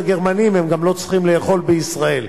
הגרמנים הם גם לא צריכים לאכול בישראל.